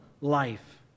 life